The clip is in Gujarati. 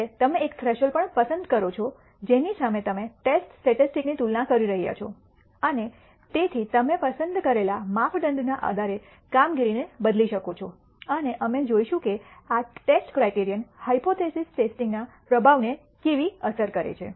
છેલ્લે તમે એક થ્રેશોલ્ડ પણ પસંદ કરો છો જેની સામે તમે ટેસ્ટ સ્ટેટિસ્ટિક્સની તુલના કરી રહ્યા છો અને તેથી તમે પસંદ કરેલા માપદંડના આધારે કામગીરીને બદલી શકો છો અને અમે જોશું કે આ ટેસ્ટ ક્રાઇટિરીઅન હાયપોથીસિસ ટેસ્ટિંગના પ્રભાવને કેવી અસર કરે છે